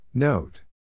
Note